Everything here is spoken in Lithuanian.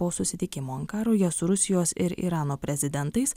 po susitikimo ankaroje su rusijos ir irano prezidentais